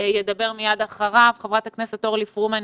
שידבר מיד אחרי חיים ביבס.